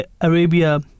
Arabia